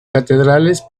catedrales